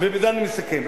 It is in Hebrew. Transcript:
ובזה אני מסכם.